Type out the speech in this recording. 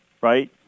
right